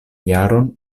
jaron